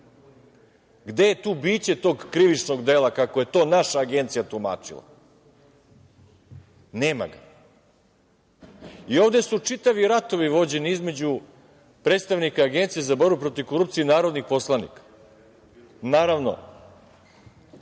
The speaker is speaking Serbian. Gde je tu biće tog krivičnog dela, kalo je to naša Agencija tumačila? Nema ga. I ovde su čitavi ratovi vođeni između predstavnika Agencije za borbu protiv korupcije i narodnih poslanika, naravno